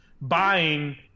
buying